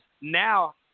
now